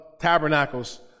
Tabernacles